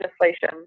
legislation